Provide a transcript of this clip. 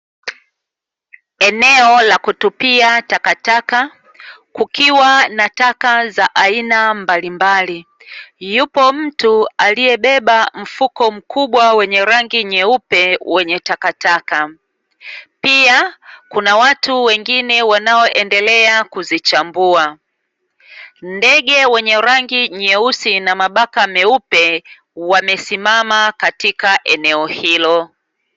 Eneo la kutupia takataka kukiwa na taka za aina mbalimbali. Yupo mtu aliyebeba mfuko mkubwa wenye rangi nyeupe wenye takataka. Pia kuna watu wengine wanaoendelea kuzichambua. Ndege wenye rangi nyeusi na mabaka meupe wamesimama katika eneo hilo.